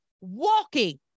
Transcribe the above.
walking